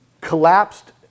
collapsed